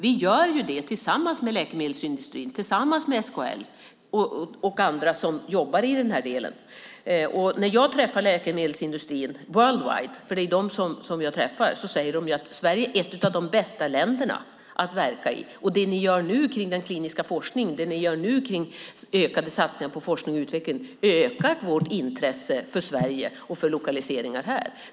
Vi gör det tillsammans med läkemedelsindustrin, SKL och andra som jobbar i den här delen. När jag träffar läkemedelsindustrin worldwide, för det är ju dem jag träffar, säger de att Sverige är ett av de bästa länderna att verka i. Det vi nu gör kring den kliniska forskningen och ökade satsningar på forskning och utveckling ökar deras intresse för Sverige och för lokaliseringar här.